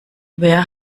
wer